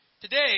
Today